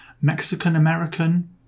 Mexican-American